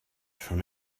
from